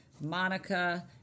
Monica